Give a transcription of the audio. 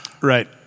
Right